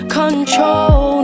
control